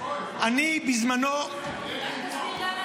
אני, בזמנו ------ שמעת פה ערבים?